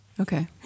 Okay